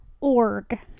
org